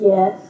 Yes